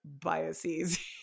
biases